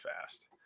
fast